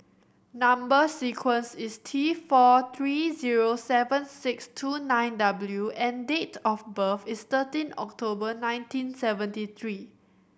number sequence is T four three zero seven six two nine W and date of birth is thirteen October nineteen seventy three